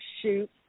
shoot